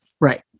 right